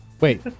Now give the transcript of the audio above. Wait